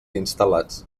instal·lats